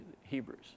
Hebrews